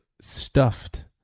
stuffed